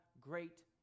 great